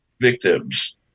victims